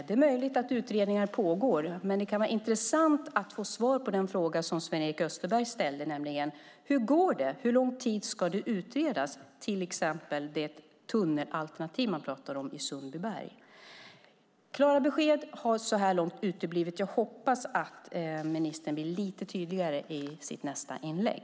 Det är möjligt att utredningar pågår, men det kan vara intressant att få svar på den fråga Sven-Erik Österberg ställde, nämligen hur det går och hur lång tid tunnelalternativet i Sundbyberg ska utredas. Klara besked har så här långt uteblivit. Jag hoppas att ministern blir lite tydligare i sitt nästa inlägg.